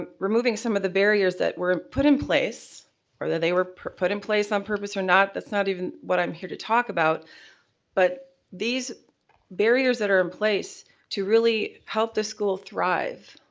ah removing some of the barriers that were put in place or that they were put in place on purpose or not that's not even what i'm here to talk about but these barriers that are in place to really help the school thrive.